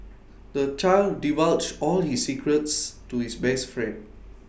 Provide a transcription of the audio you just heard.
the child divulged all his secrets to his best friend